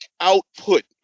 output